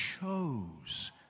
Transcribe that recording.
chose